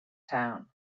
town